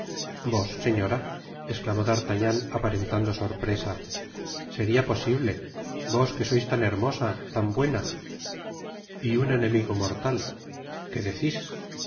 vos señora esclamó d'artagnan aparentando sorpresa seria posible vos que sois tan hermosa tan buena y un enemigo mortal que decis